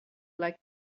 like